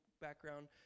background